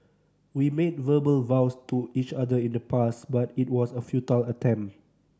we made verbal vows to each other in the past but it was a futile attempt